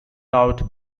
out